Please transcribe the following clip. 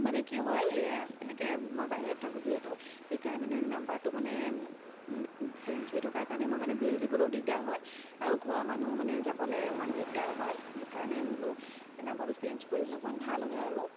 মানে কি হয় এনেকৈ মই বাহিৰত থাকোঁ যিহেতু সেইকাৰণে মানে নাম্বাৰটো মানে চেঞ্জ হৈ থকাৰ কাৰণে মই মানে বিল দিবলৈও দিগদাৰ হয় আৰু ঘৰৰ মানুহো মানে যাবলৈ অকণমান দিগদাৰ হয় সেইকাৰণে বোলো নাম্বাৰটো চেঞ্জ কৰি দিলে অকণমান ভাল হয় আৰু